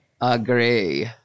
agree